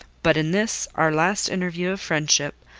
but in this, our last interview of friendship,